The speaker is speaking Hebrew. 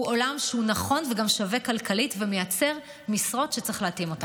הוא עולם שהוא נכון וגם שווה כלכלית ומייצר משרות שצריך להתאים אותן.